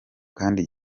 kandi